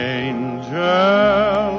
angel